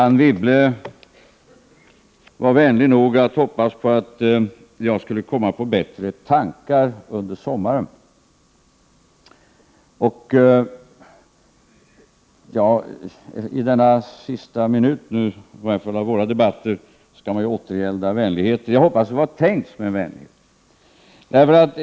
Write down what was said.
Anne Wibble var vänlig nog att hoppas på att jag skulle komma på bättre tankar under sommaren. I denna sista minut av vår nu förda debatt skall jag återgälda vänligheten. Jag hoppas att det var tänkt som en vänlighet.